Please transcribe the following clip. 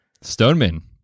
Stoneman